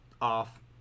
off